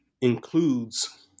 includes